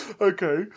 Okay